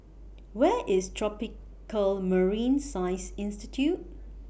Where IS Tropical Marine Science Institute